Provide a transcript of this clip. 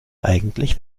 eigentlich